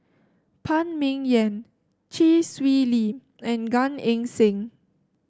Phan Ming Yen Chee Swee Lee and Gan Eng Seng